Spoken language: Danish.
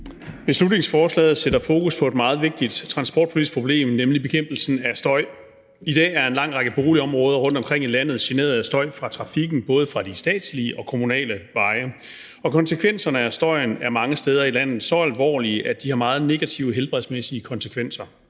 Beslutningsforslaget sætter fokus på et meget vigtigt transportpolitisk problem, nemlig bekæmpelsen af støj. I dag er en lang række boligområder rundtomkring i landet generet af støj fra trafikken, både fra de statslige og de kommunale veje, og problemet med støjen er mange steder i landet så alvorligt, at det har meget negative helbredsmæssige konsekvenser: